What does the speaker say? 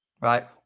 right